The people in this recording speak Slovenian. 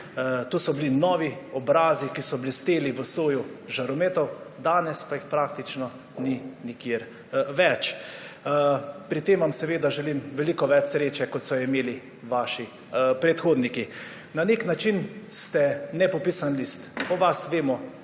To so bili novi obrazi, ki so blesteli v soju žarometov, danes pa jih praktično ni nikjer več. Pri tem vam seveda želim veliko več sreče, kot so jo imeli vaši predhodniki. Na nek način ste nepopisan list. O vas vemo